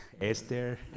Esther